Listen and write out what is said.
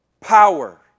power